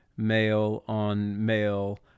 male-on-male